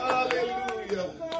Hallelujah